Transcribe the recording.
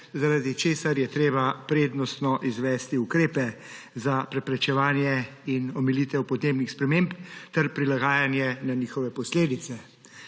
zaradi česar je treba prednostno izvesti ukrepe za preprečevanje in omilitev podnebnih sprememb ter prilagajanje na njene posledice.